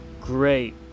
great